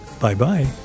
Bye-bye